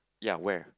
ya where